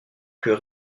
plus